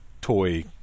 toy